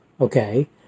okay